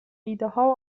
ایدهها